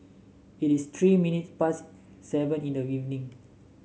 it is three minutes past seven in the evening